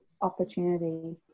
opportunity